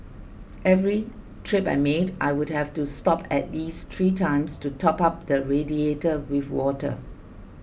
every trip I made I would have to stop at least three times to top up the radiator with water